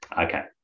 Okay